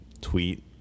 tweet